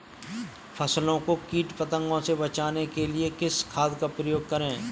फसलों को कीट पतंगों से बचाने के लिए किस खाद का प्रयोग करें?